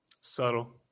Subtle